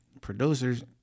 producers